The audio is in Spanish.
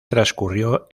transcurrió